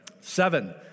Seven